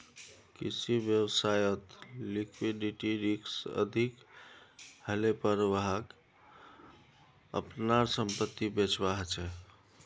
किसी व्यवसायत लिक्विडिटी रिक्स अधिक हलेपर वहाक अपनार संपत्ति बेचवा ह छ